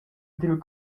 dil